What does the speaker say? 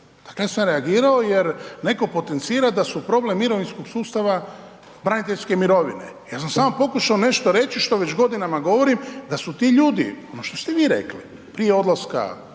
dakle ja sam reagirao jer netko potencira da su problem mirovinskog sustava braniteljske mirovine, ja sam samo pokušao nešto reći što već godinama govorim, da su ti ljudi, ono što ste vi rekli, prije odlaska